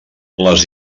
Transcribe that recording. les